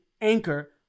anchor